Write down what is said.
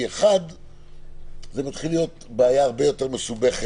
כי אחד זאת מתחילה להיות בעיה הרבה יותר מסובכת,